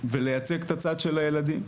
ולייצג את הצד של הילדים.